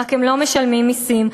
הם רק לא משלמים מסים,